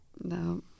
no